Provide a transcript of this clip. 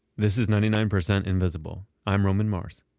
this is ninety nine percent invisible. i'm roman mars